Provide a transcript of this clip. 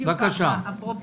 משה,